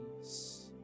peace